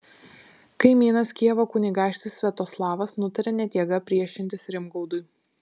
kaimynas kijevo kunigaikštis sviatoslavas nutarė net jėga priešintis rimgaudui